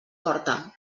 porta